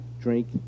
drink